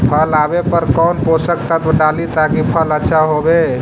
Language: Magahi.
फल आबे पर कौन पोषक तत्ब डाली ताकि फल आछा होबे?